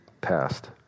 passed